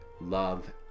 love